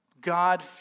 God